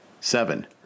seven